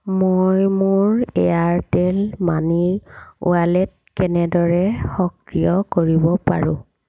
মই মোৰ এয়াৰটেল মানিৰ ৱালেট কেনেদৰে সক্ৰিয় কৰিব পাৰোঁ